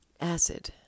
acid